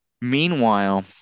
meanwhile